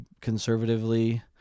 conservatively